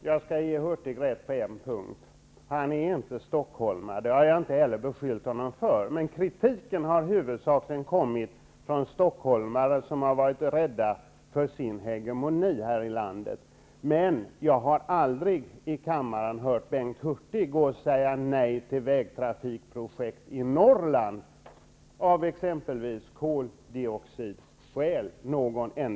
Herr talman! Jag skall ge Bengt Hurtig rätt på en punkt: han är inte stockholmare. Det har jag inte heller beskyllt honom för. Kritiken har huvudsakligen kommit från stockholmare som har varit rädda om sin hegemoni här i landet. Men jag har inte någon enda gång i kammaren hört Bengt Hurtig säga nej till vägtrafikprojekt i Norrland med anledning av exempelvis koldioxidutsläpp.